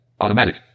Automatic